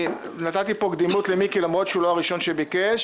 נתתי פה קדימות למיקי למרות שהוא לא הראשון שביקש